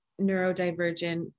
neurodivergent